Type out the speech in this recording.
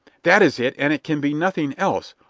that is it, and it can be nothing else.